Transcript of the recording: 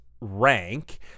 rank